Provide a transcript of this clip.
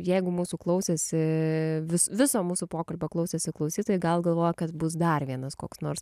jeigu mūsų klausėsi vis viso mūsų pokalbio klausėsi klausytojai gal galvojo kad bus dar vienas koks nors